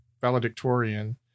valedictorian